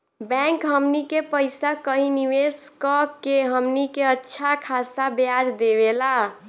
bank हमनी के पइसा कही निवेस कऽ के हमनी के अच्छा खासा ब्याज देवेला